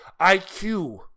IQ